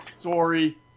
Sorry